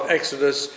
Exodus